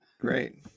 Great